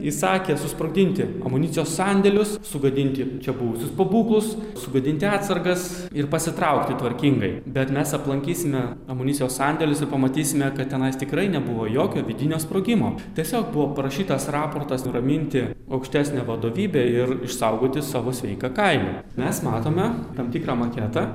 įsakė susprogdinti amunicijos sandėlius sugadinti čia buvusius pabūklus sugadinti atsargas ir pasitraukti tvarkingai bet mes aplankysime amunicijos sandėlius ir pamatysime kad tenais tikrai nebuvo jokio vidinio sprogimo tiesiog buvo parašytas raportas nuraminti aukštesnę vadovybę ir išsaugoti savo sveiką kailį mes matome tam tikrą maketą